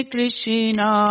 Krishna